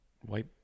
white